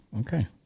okay